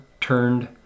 turned